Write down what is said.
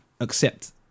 accept